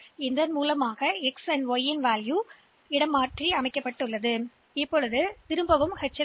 எனவே இதன் விளைவாக இந்த x மற்றும் y மதிப்புகள் ஒன்றோடொன்று மாறிவிட்டன பின்னர் மீண்டும் அந்த எச்